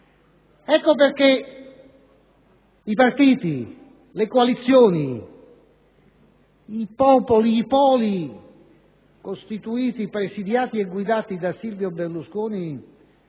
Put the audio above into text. Ecco perché i partiti, le coalizioni, i poli costituiti, presidiati e guidati da Silvio Berlusconi